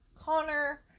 Connor